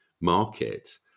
market